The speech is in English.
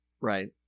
Right